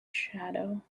shadow